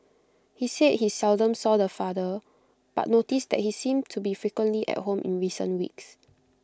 he said he seldom saw the father but noticed that he seemed to be frequently at home in recent weeks